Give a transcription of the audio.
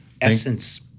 Essence